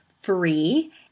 free